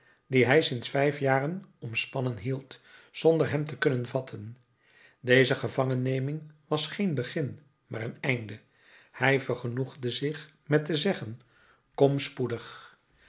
dien hij sedert vijf jaren omspannen hield zonder hem te kunnen vatten deze gevangenneming was geen begin maar een einde hij vergenoegde zich met te zeggen kom spoedig